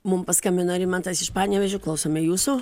mum paskambino rimantas iš panevėžio klausome jūsų